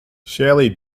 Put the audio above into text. shelley